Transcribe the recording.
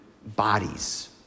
Bodies